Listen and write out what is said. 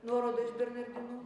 nuoroda iš bernardinų